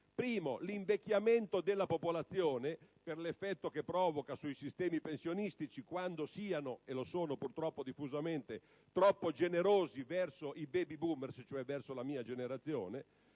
l'invecchiamento della popolazione, per l'effetto che provoca sui sistemi pensionistici quando siano - e purtroppo lo sono diffusamente - troppo generosi verso i *baby boomer*, cioè verso la mia generazione.